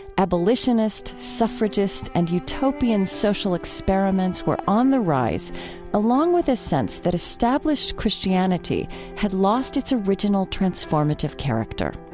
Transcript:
abolitionists, suffragists, and utopian social experiments were on the rise along with a sense that established christianity had lost its original transformative character.